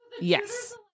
Yes